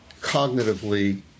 cognitively